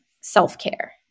self-care